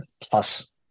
plus